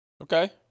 Okay